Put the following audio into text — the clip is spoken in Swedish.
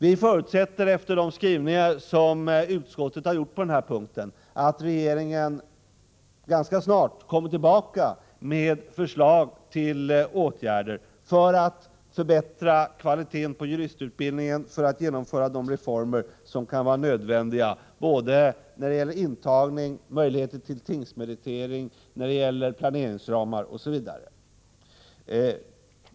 Vi förutsätter, efter de skrivningar som utskottet på den här punkten gjort, att regeringen ganska snart kommer tillbaka med förslag till åtgärder för att förbättra kvaliteten på juristutbildningen, för att genomföra de reformer som kan vara nödvändiga när det gäller intagning, möjligheter till tingsmeritering, planeringsramar, osv.